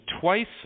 twice